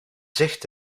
zicht